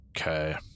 Okay